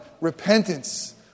repentance